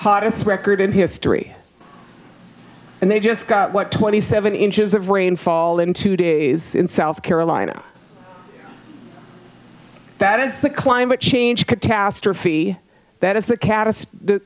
hottest record in history and they just got what twenty seven inches of rainfall in two days in south carolina that is the climate change catastrophe that is the cat